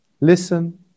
Listen